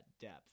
depth